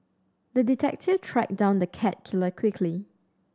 the detective tracked down the cat killer quickly